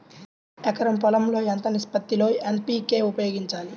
ఎకరం పొలం లో ఎంత నిష్పత్తి లో ఎన్.పీ.కే ఉపయోగించాలి?